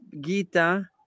gita